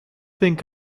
think